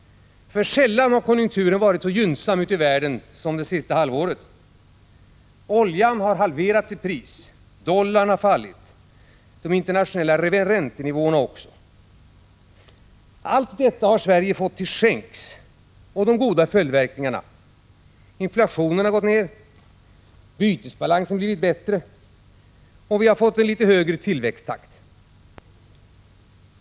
För sällan har konjunkturen varit så gynnsam i världen som under det senaste halvåret. Oljepriserna har halverats, dollarkursen och de internationella räntenivåerna har fallit. Allt detta har Sverige fått till skänks, liksom de goda följdverkningarna: inflationstakten har gått ner, bytesbalansen har blivit bättre, och vi har fått en litet högre tillväxttakt.